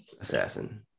Assassin